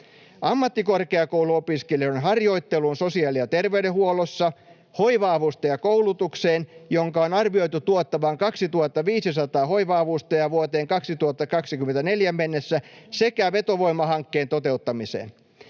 ammattikorkeakouluopiskelijoiden harjoitteluun sosiaali- ja terveydenhuollossa, hoiva-avustajakoulutukseen, jonka on arvoitu tuottavan 2 500 hoiva-avustaja vuoteen 2024 mennessä, sekä vetovoimahankkeen toteuttamiseen.